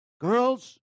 girls